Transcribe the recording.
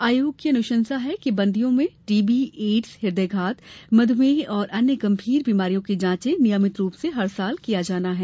आयोग की अनुशंसा है कि बंदियों में टीबी एड्स ह्रदयाघात मधुमेह एवं अन्य गंभीर बीमारियों की जांचे नियमित रूप से हर साल किया जाना है